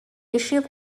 issue